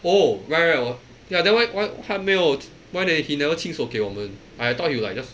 oh right right orh ya then why why 他没有 why ne~ why he never 亲手给我们 I thought he will like just